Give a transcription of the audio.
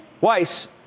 Weiss